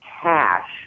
cash